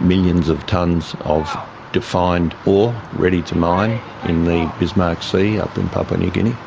millions of tonnes of defined ore ready to mine in the bismarck sea up in papua new guinea,